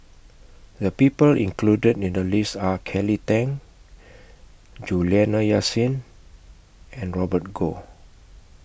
The People included in The list Are Kelly Tang Juliana Yasin and Robert Goh